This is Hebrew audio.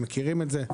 הם מכירים את זה.